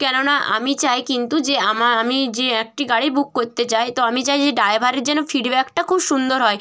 কেননা আমি চাই কিন্তু যে আমার আমি যে একটি গাড়ি বুক করতে চাই তো আমি চাই যে ড্রাইভারের যেন ফিডব্যাকটা খুব সুন্দর হয়